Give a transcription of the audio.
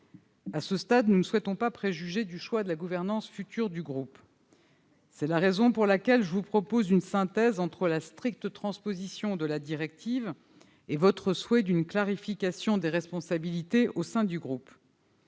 à ce stade, nous ne souhaitons pas préjuger du choix de la future gouvernance du groupe. C'est la raison pour laquelle je vous propose une synthèse entre la stricte transposition de la directive et votre souhait d'une clarification des responsabilités au sein du groupe.